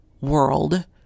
world